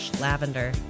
lavender